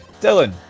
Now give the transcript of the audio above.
Dylan